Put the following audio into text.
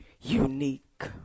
unique